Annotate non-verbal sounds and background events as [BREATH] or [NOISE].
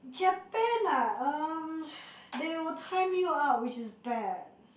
Japan ah um [BREATH] they will time you out which is bad